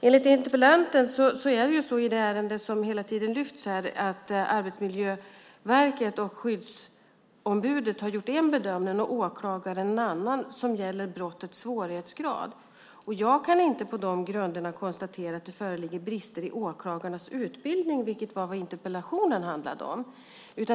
Enligt interpellanten är det i det ärende som hela tiden lyfts fram här så att Arbetsmiljöverket och skyddsombudet har gjort en bedömning och åklagaren en annan när det gäller brottets svårighetsgrad. På de grunderna kan jag inte konstatera att det föreligger brister i åklagarnas utbildning, vilket är vad interpellationen handlar om.